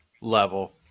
level